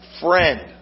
friend